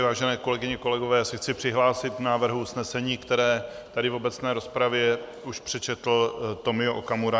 Vážené kolegyně, kolegové, já se chci přihlásit k návrhu usnesení, které tady v obecné rozpravě už přečetl Tomio Okamura.